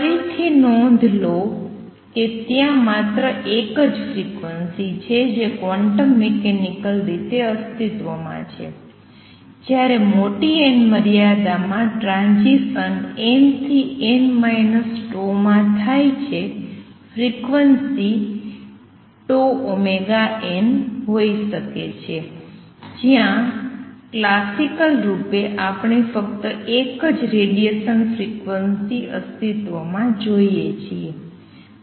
ફરીથી નોંધ લો કે ત્યાં માત્ર એક જ ફ્રિક્વન્સી છે જે ક્વોન્ટમ મિકેનિકલ રીતે અસ્તિત્વમાં છે જ્યારે મોટી n મર્યાદામાં ટ્રાંઝીસન n થી n માં થાય છે ફ્રિક્વન્સી એ 𝜏ωn હોઈ શકે છે જ્યાં ક્લાસિકલ રૂપે આપણે ફક્ત એક જ રેડીએશન ફ્રિક્વન્સી અસ્તિત્વમાં જોઇએ છીએ